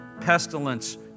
pestilence